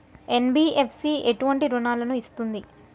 NBFC ఎటువంటి రుణాలను ఇస్తుంది?